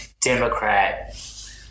Democrat